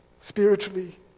spiritually